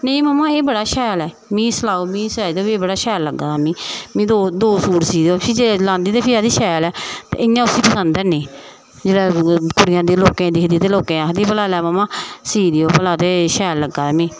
नेईं मम्मा एह् बड़ा शैल ऐ मिगी सलाओ मिगी सलाई देओ बड़ा शैल लग्गा दा मिगी मिगी दो दो सूट सी देयो फ्ही जिसलै लांदी ते फ्ही आखदी शैल ऐ चे इ'यां उसी पसंद हैनी जिसलै कुड़ियां लोकें दियां दिखदी ते लोकें गी आखदी भला लै मम्मा सी देओ भला ते शैल लग्गा दे मिगी